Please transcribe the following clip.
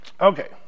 Okay